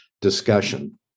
discussion